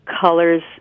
colors